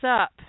up